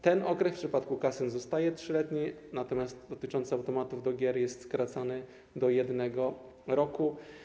Ten okres w przypadku kasyn zostaje 3-letni, natomiast okres dotyczący automatów do gier jest skracany do 1 roku.